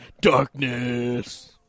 Darkness